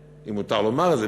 אם מותר לומר את זה,